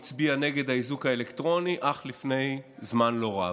הצביעה נגד האיזוק האלקטרוני אך לפני זמן לא רב.